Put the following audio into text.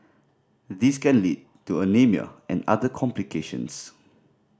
this can lead to anaemia and other complications